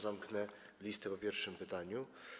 Zamknę listę po pierwszym pytaniu.